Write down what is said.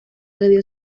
debió